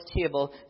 table